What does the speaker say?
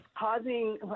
causing